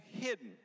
hidden